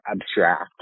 abstract